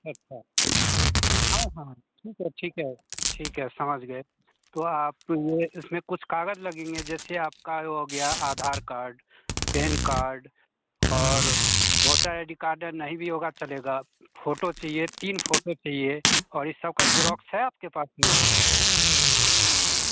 अच्छा हाँ हाँ ठीक है ठीक है ठीक है समझ गए तो आप यह इसमें कुछ कागज़ लगेंगे जैसे आपका ओ गया आधार कार्ड पैन कार्ड और वोटर आई डी कार्ड हिया नहीं भी होगा चलेगा फोटो चाहिए तीन फोटो चाहिए और यह सब का जेरोक्स है आपके पास में